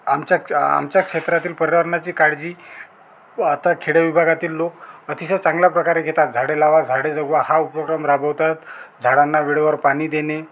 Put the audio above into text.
आमच्या आमच्या क्षेत्रातील पर्यावरणाची काळजी व आता खेड्या विभागातील लोक अतिशय चांगल्याप्रकारे घेतात झाडे लावा झाडे जगवा हा उपक्रम राबवतात झाडांना वेळेवर पाणी देणे